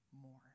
more